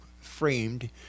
framed